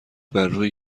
برروی